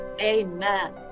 Amen